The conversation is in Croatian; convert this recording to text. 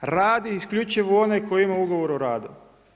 Radi isključivo onaj koji ima ugovor o radu.